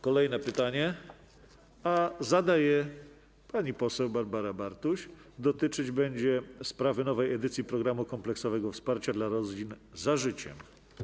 Kolejne pytanie - a zada je pani poseł Barbara Bartuś - dotyczyć będzie nowej edycji programu kompleksowego wsparcia dla rodzin „Za życiem”